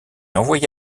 envoyé